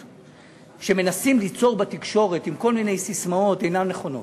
שהסטיגמות שמנסים ליצור בתקשורת עם כל מיני ססמאות אינן נכונות.